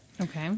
Okay